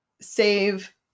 save